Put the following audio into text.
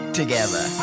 together